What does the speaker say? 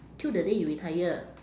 till the day you retire